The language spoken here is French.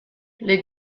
les